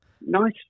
nice